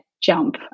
jump